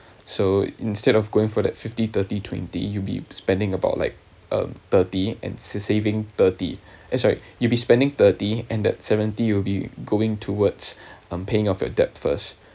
so instead of going for that fifty thirty twenty you be spending about like uh thirty and sa~ saving thirty it's like you'll be spending thirty and that seventy you will be going towards um paying off your debt first